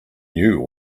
knew